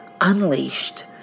unleashed